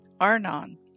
Arnon